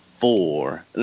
four